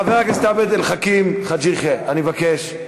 חבר הכנסת עבד אל חכים חאג' יחיא, אני מבקש.